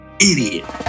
Idiot